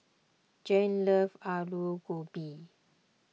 Jann loves Alu Gobi